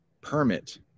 permit